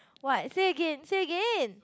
what say again say again